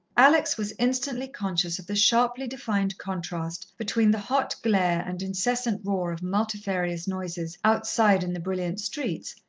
alex was instantly conscious of the sharply-defined contrast between the hot glare and incessant roar of multifarious noises outside in the brilliant streets,